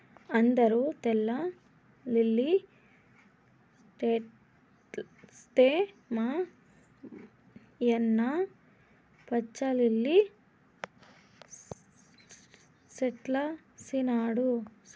అందరూ తెల్ల లిల్లీ సెట్లేస్తే మా యన్న పచ్చ లిల్లి సెట్లేసినాడు